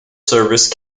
service